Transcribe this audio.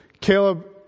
Caleb